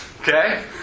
okay